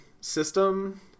system